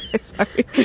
Sorry